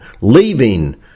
leaving